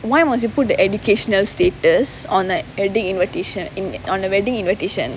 why must you put the educational status on wedding invitation in on the wedding invitation